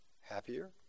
happier